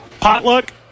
potluck